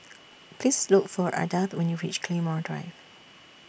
Please Look For Ardath when YOU REACH Claymore Drive